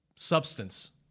Substance